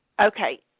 Okay